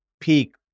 peak